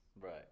Right